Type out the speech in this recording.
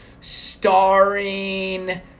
starring